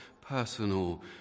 personal